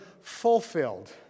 fulfilled